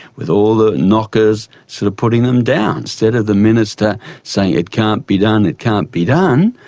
with all the knockers sort of putting them down. instead of the minister saying it can't be done, it can't be done,